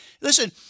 Listen